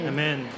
Amen